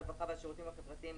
הרווחה והשירותים החברתיים,